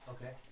Okay